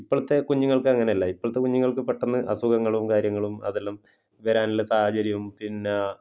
ഇപ്പോഴത്തെ കുഞ്ഞുങ്ങൾക്ക് അങ്ങനെ അല്ല ഇപ്പോഴത്തെ കുഞ്ഞുങ്ങൾക്ക് പെട്ടെന്ന് അസുഖങ്ങളും കാര്യങ്ങളും അതെല്ലാം വരാനുള്ള സാഹചര്യവും പിന്നെ